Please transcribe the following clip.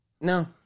no